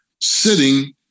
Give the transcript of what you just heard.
sitting